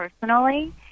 personally